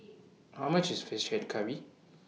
How much IS Fish Head Curry